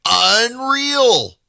Unreal